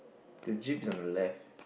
the jeep on the left